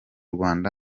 rwanda